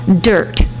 dirt